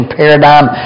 paradigm